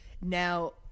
Now